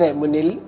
munil